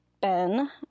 Ben